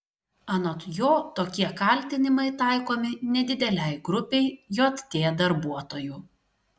anot jo tokie kaltinimai taikomi nedidelei grupei jt darbuotojų